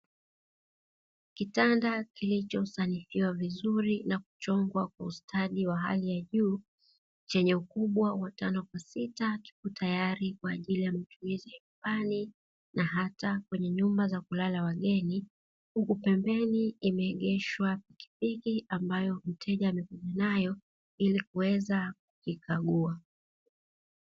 Kitanda kilichosanifiwa nakuchongwa kwa ustadi wa hali ya juu, chenye ukubwa wa tano kwa sita tayari kwa ajili ya matumizi ya nyumbani na hata nyumba za kulala wageni, huku pembeni imeegeshwa pikipiki ambayo mteja amekuja nayo ili aweze kuikagua.